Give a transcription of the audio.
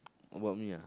about me ah